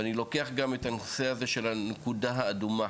ואני לוקח גם את הנושא של הנקודה האדומה,